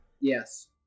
Yes